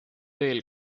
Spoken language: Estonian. veel